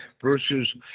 versus